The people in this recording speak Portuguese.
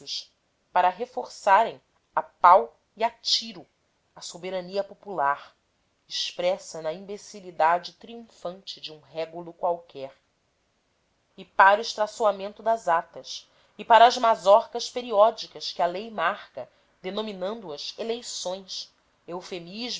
para reforçarem a pau e a tiro a soberania popular expressa na imbecilidade triunfante de um régulo qualquer e para o estraçoamento das atas e para as mazorcas periódicas que a lei marca denominando as eleições